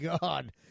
God